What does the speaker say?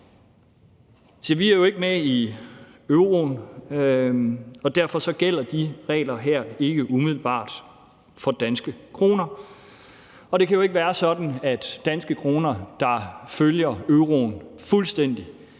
Vi er jo ikke med i euroen, så derfor gælder de regler her ikke umiddelbart for danske kroner, og det kan jo ikke være sådan, at danske kroner, der følger euroen fuldstændig,